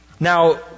Now